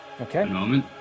Okay